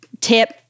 tip